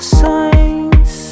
signs